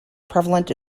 prevalent